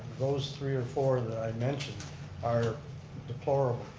those three or four that i mentioned are deplorable.